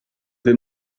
vais